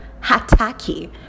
Hataki